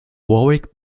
warwick